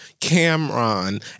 Cameron